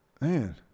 man